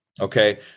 Okay